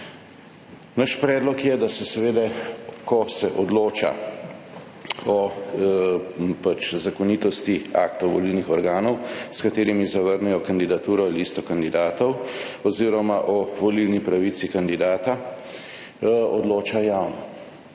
Naš predlog je, da se seveda, ko se odloča o zakonitosti aktov volilnih organov, s katerimi zavrnejo kandidaturo ali listo kandidatov, oziroma o volilni pravici kandidata, odloča javno.